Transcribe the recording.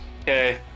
Okay